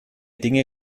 dinge